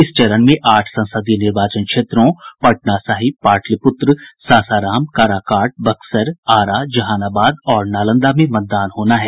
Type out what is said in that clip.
इस चरण में आठ संसदीय निर्वाचन क्षेत्रों पटना साहिब पाटलिपुत्र सासाराम काराकाट बक्सर आरा जहानाबाद और नालंदा में मतदान होना है